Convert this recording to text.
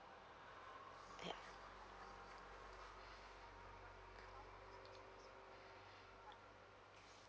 !aiya!